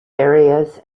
areas